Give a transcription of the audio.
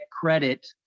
credit